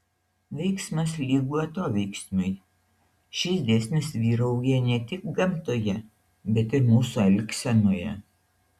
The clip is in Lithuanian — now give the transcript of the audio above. veiksmas lygu atoveiksmiui šis dėsnis vyrauja ne tik gamtoje bet ir mūsų elgsenoje